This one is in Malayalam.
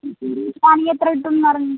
ഒരു ഫാമിന് എത്ര കിട്ടുമെന്നാണ്